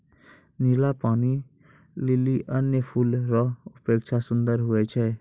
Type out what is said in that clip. नीला पानी लीली अन्य फूल रो अपेक्षा सुन्दर हुवै छै